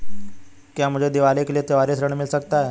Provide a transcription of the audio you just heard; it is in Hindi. क्या मुझे दीवाली के लिए त्यौहारी ऋण मिल सकता है?